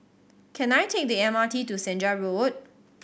can I take the M R T to Senja Road